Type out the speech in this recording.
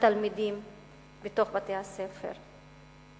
לתלמידים בבתי-הספר.